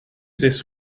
this